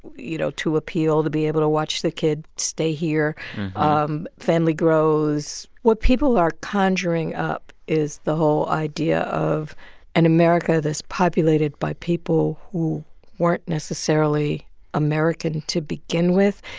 you know to appeal to be able to watch the kid, stay here um family grows. what people are conjuring up is the whole idea of an america that's populated by people who weren't necessarily american to begin with.